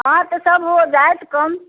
हँ तऽ सभ हो जाएत कम